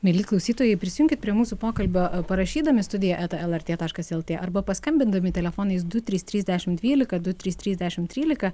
mieli klausytojai prisijunkit prie mūsų pokalbio parašydami studija eta lrt taškas lt arba paskambindami telefonais du trys trys dešimt dvylika du trys trys dešimt trylika